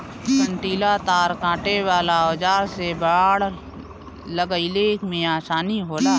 कंटीला तार काटे वाला औज़ार से बाड़ लगईले में आसानी होला